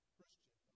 Christian